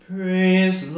Praise